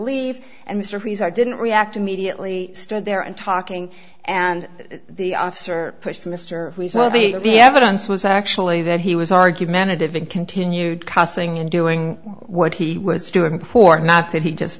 leave and mysteries or didn't react immediately stood there and talking and the officer pushed mr the evidence was actually that he was argumentative and continued cussing and doing what he was doing before not that he just